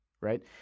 right